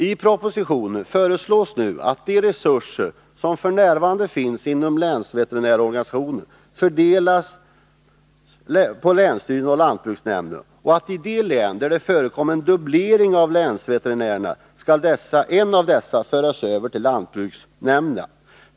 I propositionen föreslås nu att de resurser som f.n. finns inom länsveterinärsorganisationen fördelas på länsstyrelserna och lantbruksnämnderna och att i de län, där det förekommer en dubblering av länsveterinärerna, en av dessa skall föras över till lantbruksnämnden.